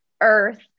earth